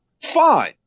fine